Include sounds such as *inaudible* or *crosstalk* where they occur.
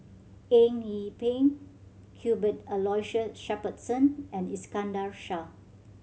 Eng Yee Peng *unintelligible* Aloysius Shepherdson and Iskandar Shah